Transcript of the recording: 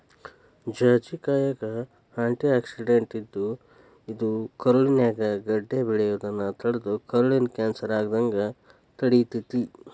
ಜಾಜಿಕಾಯಾಗ antioxidant ಇದ್ದು, ಇದು ಕರುಳಿನ್ಯಾಗ ಗಡ್ಡೆ ಬೆಳಿಯೋದನ್ನ ತಡದು ಕರುಳಿನ ಕ್ಯಾನ್ಸರ್ ಆಗದಂಗ ತಡಿತೇತಿ